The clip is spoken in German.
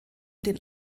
den